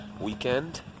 weekend